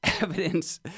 evidence